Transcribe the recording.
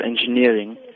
engineering